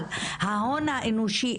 אבל ההון האנושי,